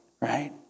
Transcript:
Right